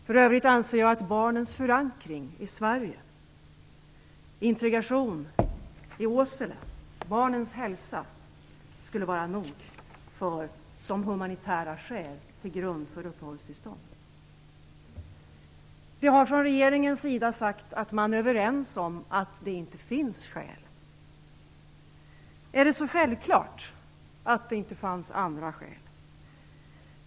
För övrigt anser jag att barnens förankring i Sverige, integration i Åsele och barnens hälsa skulle vara nog som humanitära skäl till grund för uppehållstillstånd. Det har från regeringens sida sagts att man är överens om att det inte finns skäl. Är det så självklart att det inte fanns andra skäl?